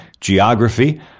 geography